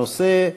הנושא: